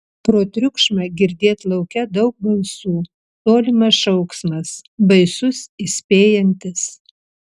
pro triukšmą girdėt lauke daug balsų tolimas šauksmas baisus įspėjantis